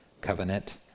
covenant